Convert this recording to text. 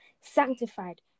sanctified